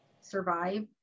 survive